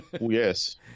yes